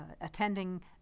attending